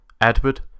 Edward